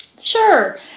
Sure